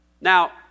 Now